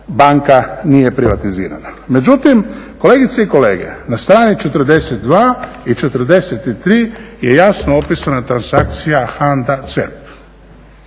banka nije privatizirana. Međutim, kolegice i kolege na strani 42. i 43. je jasno opisana transakcija HANDA-CERP.